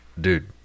Dude